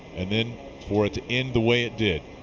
and then for it to end the way it did.